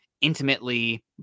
intimately